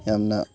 ꯌꯥꯝꯅ